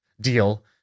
deal